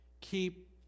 Keep